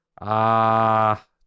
Ah